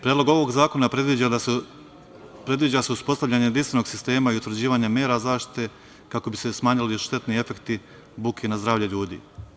Predlogom ovog zakona predviđa se uspostavljanje jedinstvenog sistema i utvrđivanja mera zaštite kako bi se smanjili štetni efekti buke na zdravlje ljudi.